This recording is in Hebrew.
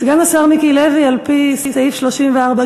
סגן השר מיקי לוי, על-פי סעיף 31(ג),